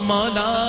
Mala